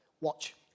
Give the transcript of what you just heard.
Watch